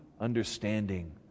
understanding